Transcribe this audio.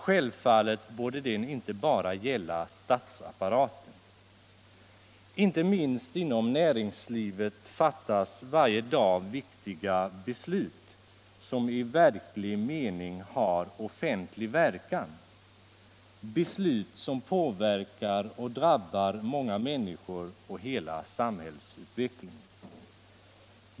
Självfallet borde den inte bara gälla statsapparaten. Inte minst inom näringslivet fattas varje dag viktiga beslut, som i verklig mening har offentlig verkan, beslut som påverkar och drabbar många människor och hela samhällsutvecklingen.